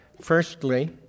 Firstly